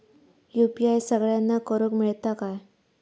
UPI सगळ्यांना करुक मेलता काय?